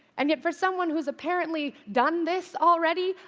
and yet, for someone who's apparently done this already,